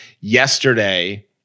yesterday